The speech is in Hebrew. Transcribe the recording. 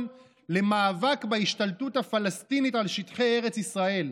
למאבק בהשתלטות הפלסטינית על שטחי ארץ ישראל?